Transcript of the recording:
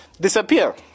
disappear